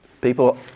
People